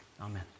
Amen